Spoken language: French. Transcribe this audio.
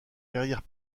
carrière